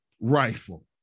rifle